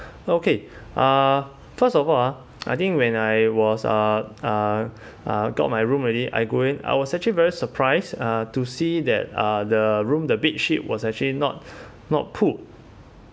okay uh first of all uh I think when I was uh uh uh got my room already I go in I was actually very surprised uh to see that uh the room the bedsheet was actually not not put